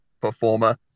performer